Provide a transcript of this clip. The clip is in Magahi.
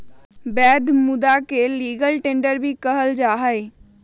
वैध मुदा के लीगल टेंडर भी कहल जाहई